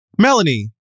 Melanie